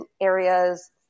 areas